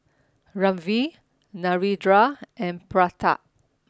Ramdev Narendra and Pratap